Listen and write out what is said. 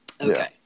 Okay